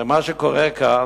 הרי מה שקורה כאן,